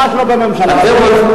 ממש לא בממשלה הזו.